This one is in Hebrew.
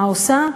מה עושה?